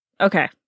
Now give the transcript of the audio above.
Okay